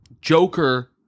Joker